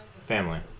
Family